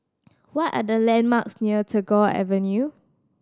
what are the landmarks near Tagore Avenue